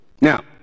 Now